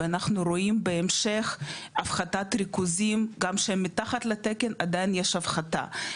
ואנחנו רואים בהמשך הפחתת ריכוזים גם שהם מתחחת לתקן עדיין הפחתה.